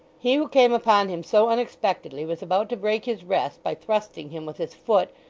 he who came upon him so unexpectedly was about to break his rest by thrusting him with his foot,